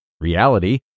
Reality